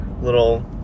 little